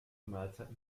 mahlzeiten